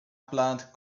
plant